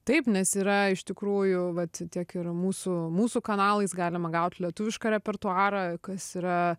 taip nes yra iš tikrųjų vat tiek ir mūsų mūsų kanalais galima gaut lietuvišką repertuarą kas yra